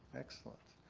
excellent.